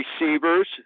receivers